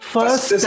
First